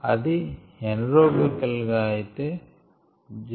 అది ఎనరోబికల్ గా అయితే 0